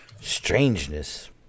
strangeness